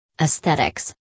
Aesthetics